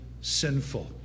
sinful